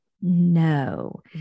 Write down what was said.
no